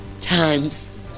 times